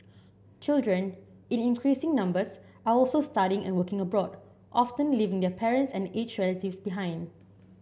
children in increasing numbers are also studying and working abroad often leaving their parents and aged relative behind